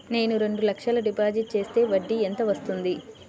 నేను రెండు లక్షల డిపాజిట్ చేస్తే వడ్డీ ఎంత వస్తుంది?